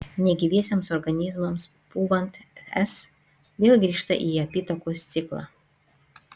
negyviesiems organizmams pūvant s vėl grįžta į apytakos ciklą